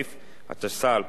התשס"א 2001,